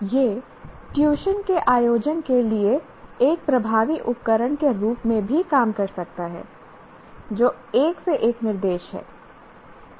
यह ट्यूशन के आयोजन के लिए एक प्रभावी उपकरण के रूप में भी काम कर सकता है जो एक से एक निर्देश है